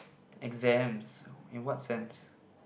exams in what sense